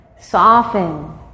soften